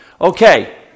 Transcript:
Okay